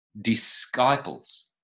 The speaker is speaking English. disciples